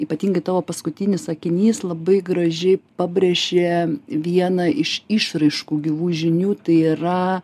ypatingai tavo paskutinis sakinys labai gražiai pabrėžė vieną iš išraiškų gyvų žinių tai yra